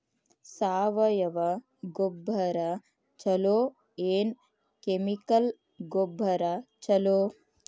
ಸಾವಯವ ಗೊಬ್ಬರ ಛಲೋ ಏನ್ ಕೆಮಿಕಲ್ ಗೊಬ್ಬರ ಛಲೋ?